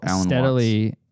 steadily